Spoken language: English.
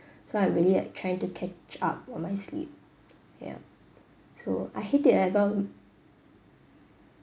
so I'm really like trying to catch up on my sleep ya so I hate it whenever I'm